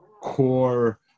core